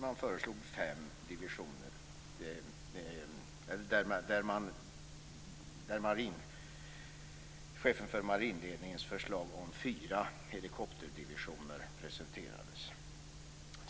Man föreslog fem divisioner och presenterade det förslag som chefen för marinledningen lagt fram om fyra helikopterdivisioner.